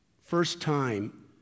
first-time